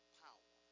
power